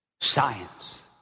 science